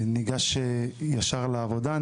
ניגש ישר לעבודה.